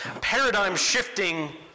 paradigm-shifting